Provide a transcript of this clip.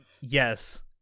yes